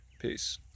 Peace